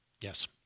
Yes